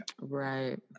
right